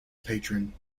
patron